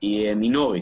היא מינורית.